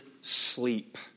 sleep